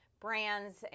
brands